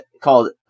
called